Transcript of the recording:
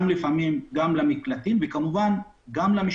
גם לפעמים למקלטים וגם למשטרה.